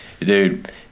Dude